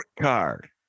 card